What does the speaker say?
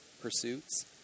pursuits